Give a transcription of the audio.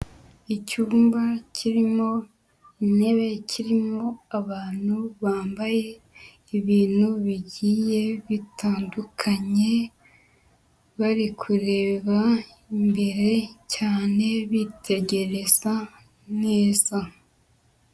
Icyumba kirimo intebe, kirimo abantu bambaye ibintu bigiye bitandukanye bari kureba imbere cyane bitegereza neza.